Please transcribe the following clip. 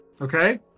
Okay